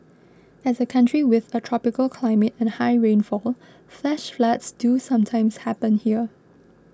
as a country with a tropical climate and high rainfall flash floods do sometimes happen here